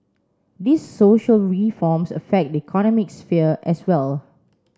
these social reforms affect the economic sphere as well